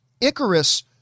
Icarus